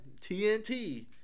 TNT